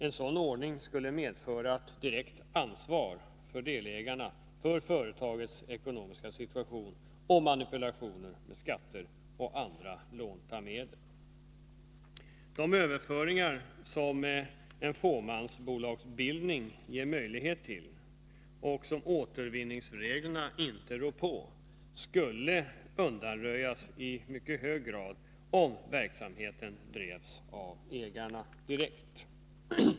En sådan ordning skulle medföra ett direkt ansvar av delägarna för företagets ekonomiska situation 105 och manipulationer med skatter och andra ”lånta” medel. De överföringar som en fåmansbolagsbildning ger möjlighet till och som återvinningsreglerna inte rår på skulle undanröjas i mycket hög grad om verksamheten drevs av ägarna direkt.